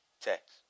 text